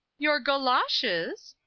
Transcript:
your goloshes?